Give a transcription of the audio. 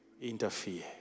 interfere